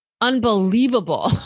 unbelievable